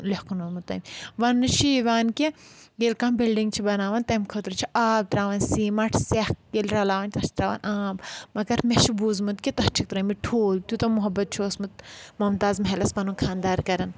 لیٚکھنومُت تٔمۍ وَننہٕ چھِ یِوان کہِ ییٚلہِ کانٛہہ بِلڈِنٛگ چھِ بَناوان تَمہِ خٲطرٕ چھِ آب ترٛاوَان سیٖمَٹھ سیٚکھ ییٚلہِ رَلاوَنۍ چھِ تَتھ چھِ ترٛاوَان آب مگر مےٚ چھُ بوٗزمُت کہِ تَتھ چھِ ترٛٲومٕتۍ ٹھوٗل تیوٗتاہ موٚحبت چھُ اوسمُت موٚمتاز محلَس پَنُن خاندار کَران